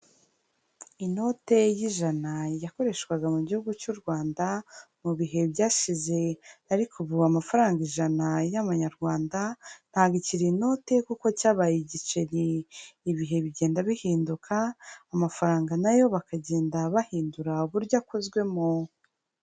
Inote y'ijana yakoreshwaga mu gihugu cy'u Rwanda mu bihe byashize ariko kuva ubu amafaranga ijana y'Amanyarwanda ntakiri inote kuko cyabaye igiceri, ibihe bigenda bihinduka amafaranga na yo bakagenda bahindura uburyo akozwemo.